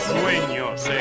sueños